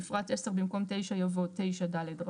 בפרט (10), במקום "(9)" יבוא "(9ד)".